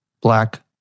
black